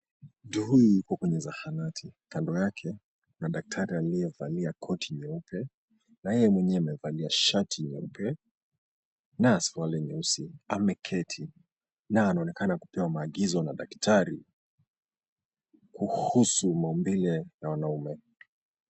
Mtu huyu yuko kwenye zahanati. Kando yake kuna daktari aliyevalia koti nyeupe na yeye mwenyewe amevalia shati nyeupe na suruali nyeusi ameketi na anaonekana kupewa maagizo na daktari kuhusu maumbile ya wanaume.